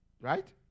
Right